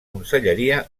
conselleria